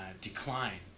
decline